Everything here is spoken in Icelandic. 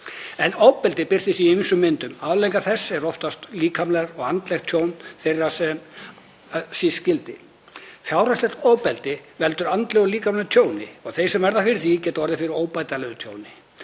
En ofbeldi birtist í ýmsum myndum. Afleiðingar þess eru oftast líkamlegt og andlegt tjón þeirra sem síst skyldi. Fjárhagslegt ofbeldi veldur andlegu og líkamlegu tjóni og þeir sem verða fyrir því geta orðið fyrir óbætanlegu tjóni.